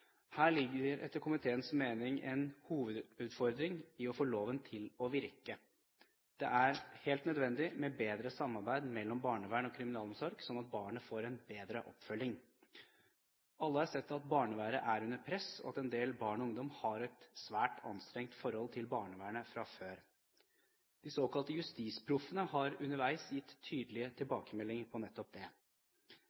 Her ligger etter komiteens mening en hovedutfordring i å få loven til å virke. Det er helt nødvendig med bedre samarbeid mellom barnevern og kriminalomsorg, sånn at barnet får en bedre oppfølging. Alle har sett at barnevernet er under press, og at en del barn og ungdom har et svært anstrengt forhold til barnevernet fra før. De såkalte JustisProffene har underveis gitt tydelige